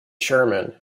sherman